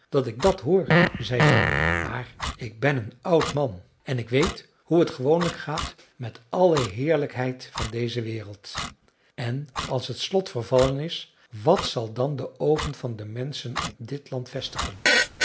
dat ik dat hoor zei de boer maar ik ben een oud man en ik weet hoe het gewoonlijk gaat met alle heerlijkheid van deze wereld en als het slot vervallen is wat zal dan de oogen van de menschen op dit land vestigen